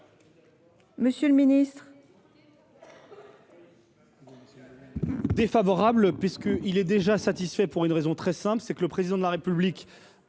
Monsieur le ministre,